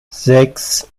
sechs